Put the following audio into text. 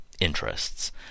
interests